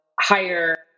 higher